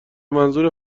منظور